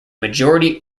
majority